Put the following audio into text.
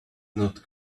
not